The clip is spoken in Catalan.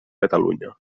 catalunya